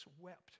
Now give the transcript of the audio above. wept